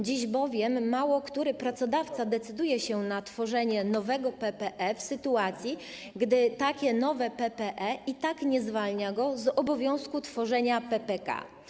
Dziś bowiem mało który pracodawca decyduje się na tworzenie nowego PPE, w sytuacji gdy takie nowe PPE i tak nie zwalnia go z obowiązku tworzenia PPK.